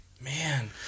Man